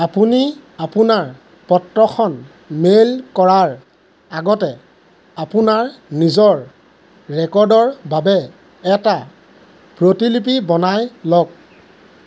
আপুনি আপোনাৰ পত্ৰখন মেইল কৰাৰ আগতে আপোনাৰ নিজৰ ৰেকৰ্ডৰ বাবে এটা প্ৰতিলিপি বনাই লওক